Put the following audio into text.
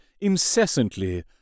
incessantly